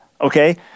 Okay